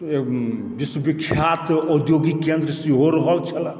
विश्वविख्यात औद्योगिक केन्द्र सेहो रहल छल